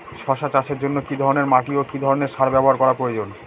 শশা চাষের জন্য কি ধরণের মাটি ও কি ধরণের সার ব্যাবহার করা প্রয়োজন?